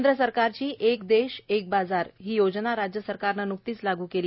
केंद्र सरकारची एक देश एक बाजार योजना राज्य सरकारनं नुकतीच लागू केली